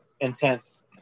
intense